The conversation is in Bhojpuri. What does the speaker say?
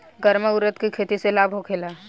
गर्मा उरद के खेती से लाभ होखे ला?